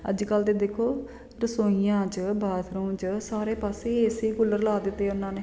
ਅੱਜ ਕੱਲ੍ਹ ਤਾਂ ਦੇਖੋ ਰਸੋਈਆਂ 'ਚ ਬਾਥਰੂਮ 'ਚ ਸਾਰੇ ਪਾਸੇ ਏਸੀ ਕੂਲਰ ਲਾ ਦਿੱਤੇ ਉਹਨਾਂ ਨੇ